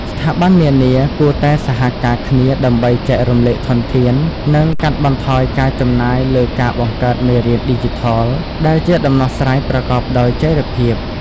ស្ថាប័ននានាគួរតែ សហការគ្នា ដើម្បីចែករំលែកធនធាន និងកាត់បន្ថយការចំណាយលើការបង្កើតមេរៀនឌីជីថល ដែលជាដំណោះស្រាយប្រកបដោយចីរភាព។